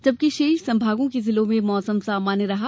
जबकि शेष संभागों के जिलों में मौसम सामान्य रहा